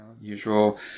usual